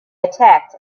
attacked